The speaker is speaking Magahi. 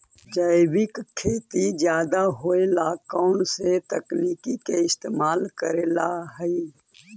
जैविक खेती ज्यादा होये ला कौन से तकनीक के इस्तेमाल करेला हई?